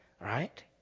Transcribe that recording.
right